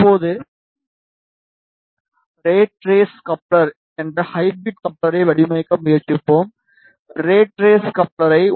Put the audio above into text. இப்போது rat race coupler என்று hybrid கப்ளரை வடிவமைக்க முயற்சிப்போம் ரேட் ரேஸ் கப்ளரை 1